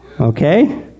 Okay